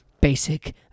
basic